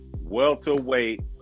welterweight